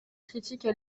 critiques